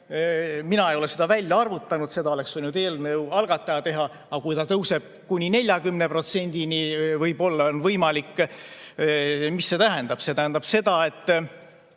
Mina ei ole seda välja arvutanud, seda oleks võinud eelnõu algataja teha. Aga kui ta tõuseb kuni 40%-ni – võib-olla on see võimalik –, siis mida see tähendab? See tähendab seda, et